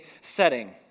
setting